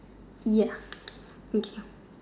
ya okay